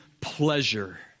pleasure